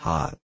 Hot